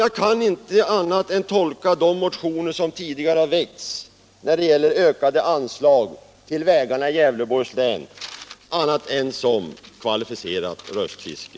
Jag kan inte annat än tolka de motioner som tidigare väckts när det gäller ökade anslag till vägarna i Gävleborgs län som kvalificerat röstfiske.